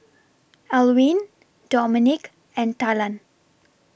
Alwine Dominic and Talan